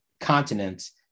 continents